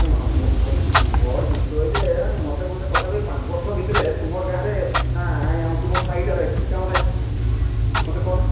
ଶୁଣ ଭୋଟ୍ ବିଷୟରେ ମୋତେ ଗୋଟିଏ କଥା କହିବ ପାଞ୍ଚ ବର୍ଷ ଭିତରେ ତୁମର ଗାଁରେ ଆଁ ତୁମର ସାହିଟାରେ କି କାମଟା ହେଇଛି ମୋତେ କହନା